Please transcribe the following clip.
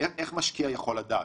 משקיע יכול לדעת?